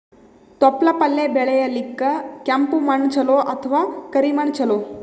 ತೊಪ್ಲಪಲ್ಯ ಬೆಳೆಯಲಿಕ ಕೆಂಪು ಮಣ್ಣು ಚಲೋ ಅಥವ ಕರಿ ಮಣ್ಣು ಚಲೋ?